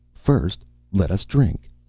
first let us drink!